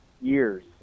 years